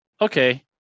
Okay